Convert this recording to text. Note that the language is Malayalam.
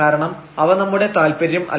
കാരണം അവ നമ്മുടെ താല്പര്യം അല്ല